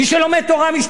מי שלומד תורה, משתמט.